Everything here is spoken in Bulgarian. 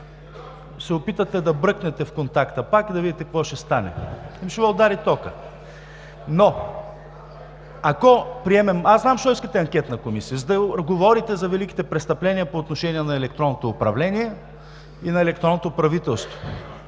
се опитате да бръкнете в контакта пак и да видите какво ще стане – ами, ще Ви удари токът.(Шум и реплики.) Ако приемем... Аз знам защо искате анкетна комисия, за да говорите за великите престъпления по отношение на електронното управление и на електронното правителство,